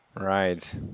Right